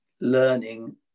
learning